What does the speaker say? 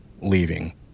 leaving